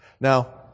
Now